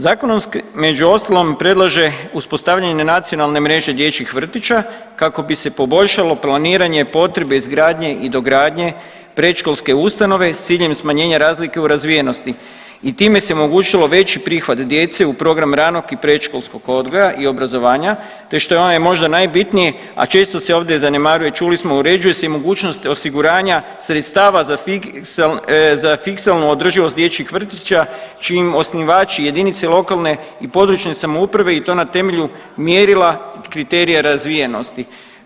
Zakonom se među ostalom predlaže uspostavljenje nacionalne mreže dječjih vrtića kako bi se poboljšalo planiranje potrebe izgradnje i dogradnje predškolske ustanove s ciljem smanjenja razlike u razvijenosti i time se omogućilo veći prihod djece u program ranog i predškolskog odgoja i obrazovanja te što je onaj možda najbitnije, a često se ovdje zanemaruje, čuli smo uređuje se i mogućnost osiguranja sredstava za fiksalnu održivost dječjih vrtića čijim osnivač jedinice lokalne i područne samouprave i to na temelju mjerila kriterija razvijenosti.